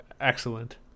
excellent